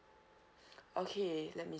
okay let me